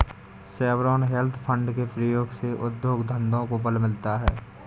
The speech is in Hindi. सॉवरेन वेल्थ फंड के प्रयोग से उद्योग धंधों को बल मिलता है